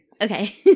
Okay